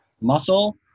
muscle